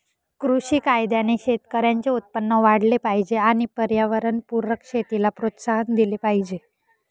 कृषी कायद्याने शेतकऱ्यांचे उत्पन्न वाढले पाहिजे आणि पर्यावरणपूरक शेतीला प्रोत्साहन दिले पाहिजे